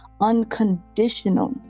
unconditional